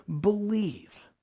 believe